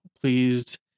pleased